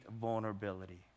vulnerability